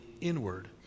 inward